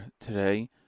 today